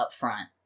upfront